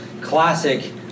Classic